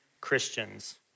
Christians